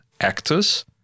actors